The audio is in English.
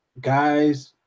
guys